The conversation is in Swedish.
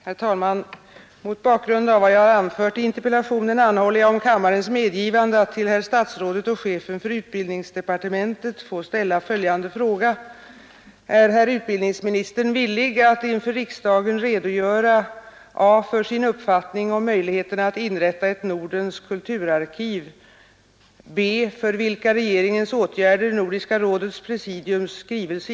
Herr talman! Universitetet i Frescati saknar ännu ett antal nödvändiga försörjningslokaler. Planerna på uppförande av de s.k. centrumbyggnaderna har utvecklats långsamt. Den 3 oktober 1969 gav Kungl. Maj:t kungl. byggnadsstyrelsen i uppdrag att revidera det då föreliggande lokalprogrammet för matsal, studentkårslokaler, bibliotek m, m. vid Frescatiuniversitetet i enlighet med en inom utbildningsdepartementet utarbetad promemoria. I denna promemoria föreskrevs bl.a. att arbetet skulle bedrivas ”med största skyndsamhet”.